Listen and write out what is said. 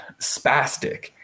spastic